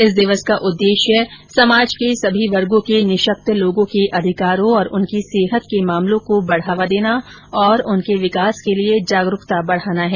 इस दिवस का उद्देश्य समाज के सभी वर्गो के निःशक्त लोगों के अधिकारों और उनकी सेहत के मामलों को बढ़ावा देना और उनके विकास के लिए जागरूकता बढ़ाना भी है